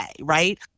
right